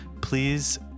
please